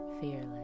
fearless